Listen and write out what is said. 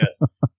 Yes